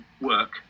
work